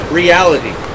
reality